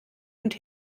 und